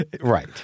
Right